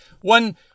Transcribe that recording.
One